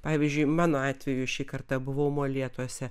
pavyzdžiui mano atveju šį kartą buvau molėtuose